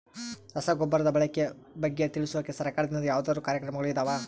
ರಸಗೊಬ್ಬರದ ಬಳಕೆ ಬಗ್ಗೆ ತಿಳಿಸೊಕೆ ಸರಕಾರದಿಂದ ಯಾವದಾದ್ರು ಕಾರ್ಯಕ್ರಮಗಳು ಇದಾವ?